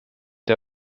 der